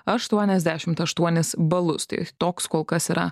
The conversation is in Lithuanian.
aštuoniasdešimt aštuonis balus tai toks kol kas yra